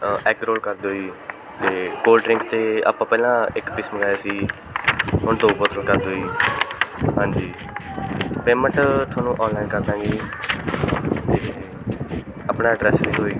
egg roll ਕਰ ਦਿਓ ਜੀ ਅਤੇ ਕੋਲਡ ਡਰਿੰਕ ਅਤੇ ਆਪਾਂ ਪਹਿਲਾਂ ਇੱਕ ਪਿਸ ਮੰਗਵਾਇਆ ਸੀ ਹੁਣ ਦੋ ਬੋਤਲ ਕਰ ਦਿਓ ਜੀ ਹਾਂਜੀ ਪੇਮੈਂਟ ਤੁਹਾਨੂੰ ਔਨਲਾਈਨ ਕਰ ਦਵਾਂਗੇ ਜੀ ਅਤੇ ਆਪਣਾ ਐਡਰੈਸ ਲਿਖੋ ਜੀ